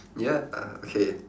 ya uh okay